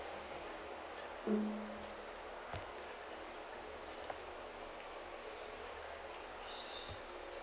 mm